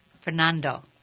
Fernando